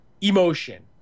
emotion